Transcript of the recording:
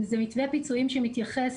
זה מתווה פיצויים שמתייחס